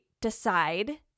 decide